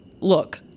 look